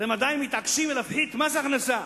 מה, אתם חותכים את הרגליים שלכם מעצמכם?